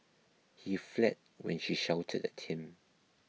he fled when she shouted at him